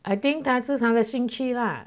I think 他是他的兴许啦